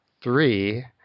three